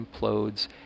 implodes